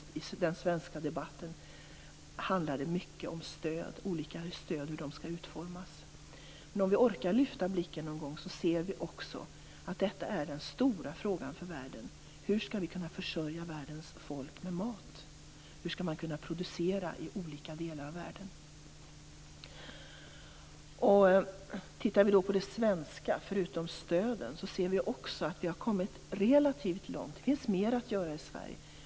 Den svenska debatten handlar mycket om hur olika stöd skall utformas. Om vi någon gång orkar lyfta blicken ser vi också att detta är den stora frågan för världen. Hur skall vi kunna försörja världens folk med mat? Hur skall man kunna producera i olika delar av världen? Tittar vi på det svenska - det som inte gäller stöden - ser vi också att vi har kommit relativt långt. Det finns mer att göra i Sverige.